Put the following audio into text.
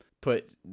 put